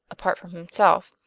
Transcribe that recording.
apart from himself?